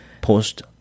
post